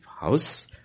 house